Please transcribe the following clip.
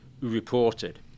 reported